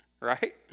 right